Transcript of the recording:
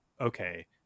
okay